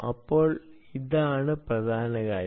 അപ്പോൾ ഇതാണ് പ്രധാന കാര്യം